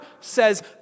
says